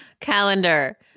calendar